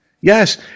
Yes